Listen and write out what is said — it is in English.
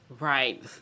Right